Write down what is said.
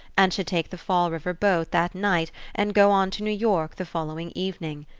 and should take the fall river boat that night and go on to new york the following evening.